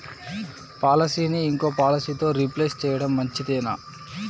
పాలసీని ఇంకో పాలసీతో రీప్లేస్ చేయడం మంచిదేనా?